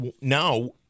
Now